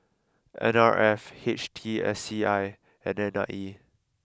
N R F H T S C I and N I E